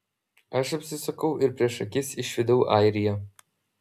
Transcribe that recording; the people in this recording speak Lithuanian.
aš apsisukau ir prieš akis išvydau airiją